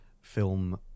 film